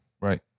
right